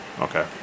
Okay